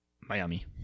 Miami